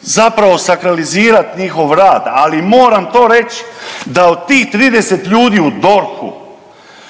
zapravo sakralizirat njihov rad, ali moram to reći, da od tih 30 ljudi u DORH-u